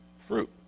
fruit